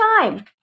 time